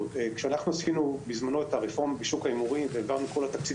כשעשינו בזמנו את הרפורמה בשוק ההימורים והעברנו את כל תקציב